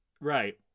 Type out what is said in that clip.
Right